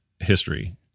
history